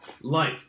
Life